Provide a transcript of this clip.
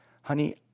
honey